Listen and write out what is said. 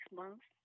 months